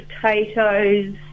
potatoes